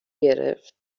گرفت